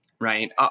Right